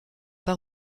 pas